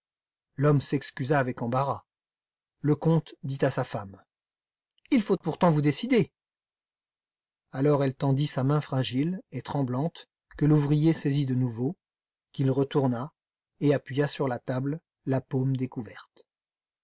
l'homme s'excusa avec embarras le comte dit à sa femme il faut pourtant vous décider alors elle tendit sa main fragile et tremblante que l'ouvrier saisit de nouveau qu'il retourna et appuya sur la table la paume découverte